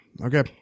Okay